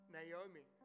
Naomi